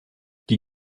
die